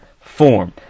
form